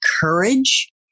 courage